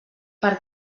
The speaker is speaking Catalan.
per